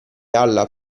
alla